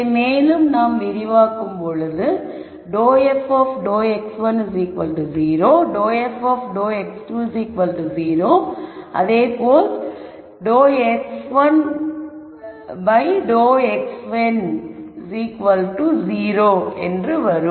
இதை மேலும் நாம் விரிவாக்கும் பொழுது ∂f∂x1 0 ∂f ∂x2 0 ∂f ∂xn 0 என்று வரும்